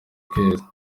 kwezi